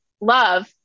love